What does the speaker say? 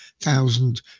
thousand